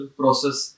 process